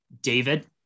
David